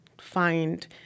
find